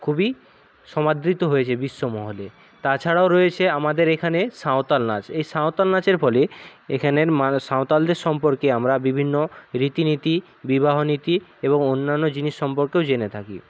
খুবই সমাদৃত হয়েছে বিশ্ব মহলে তাছাড়াও রয়েছে আমাদের এখানে সাঁওতাল নাচ এই সাঁওতাল নাচের ফলে এখানের মানে সাঁওতালদের সম্পর্কে আমরা বিভিন্ন রীতিনীতি বিবাহ নীতি এবং অন্যান্য জিনিস সম্পর্কেও জেনে থাকি